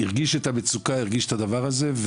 הרגיש את המצוקה, הרגיש את הדבר הזה.